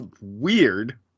weird